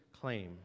claim